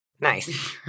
Nice